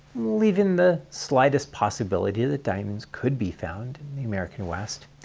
leaving the slightest possibility that diamonds could be found in the american west.